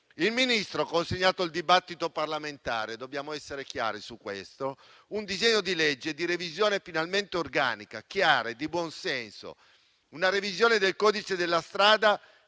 Il Ministro ha consegnato al dibattito parlamentare - dobbiamo essere chiari su questo - un disegno di legge di revisione, finalmente organica, chiara e di buonsenso, del codice della strada,